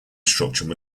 structural